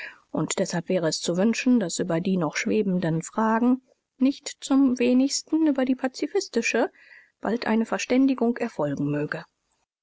und deshalb wäre es zu wünschen daß über die noch schwebenden fragen nicht zum wenigsten über die pazifistische bald eine verständigung erfolgen möge